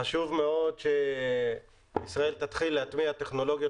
חשוב מאוד שישראל תתחיל להטמיע טכנולוגיות